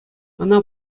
ӑна